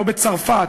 לא בצרפת,